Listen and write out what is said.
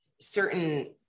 certain